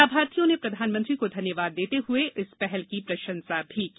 लाभार्थियों ने प्रधानमंत्री को धन्यवाद देते हुए इस पहल की प्रशंसा की